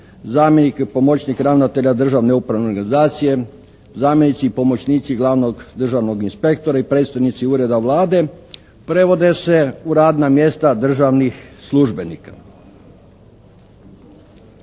zamjenik i pomoćnik ravnatelja Državne upravne organizacije, zamjenici i pomoćnici glavnog državnog inspektora i predstojnici ureda Vlade prevode se u radna mjesta državnih službenika.